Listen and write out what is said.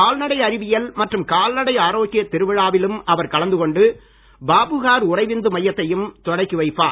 கால்நடை அறிவியல் மற்றும் கால்நடை ஆரோக்கிய திருவிழாவிலும் அவர் கலந்து கொண்டு பாபுகார் உறைவிந்து மையத்தையும் தொடங்கி வைப்பார்